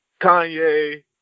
Kanye